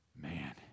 man